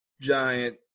giant